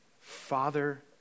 Father